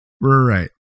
right